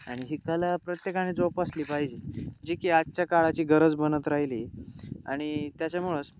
आणि ही कला प्रत्येकाने जोपासली पाहिजे जी की आजच्या काळाची गरज बनत राहिली आणि त्याच्यामुळंच